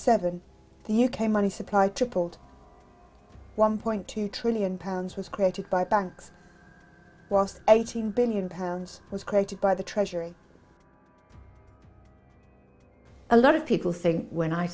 seven the u k money supply tripled one point two trillion pounds was created by banks was eighteen billion pounds was created by the treasury a lot of people think when i